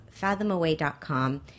fathomaway.com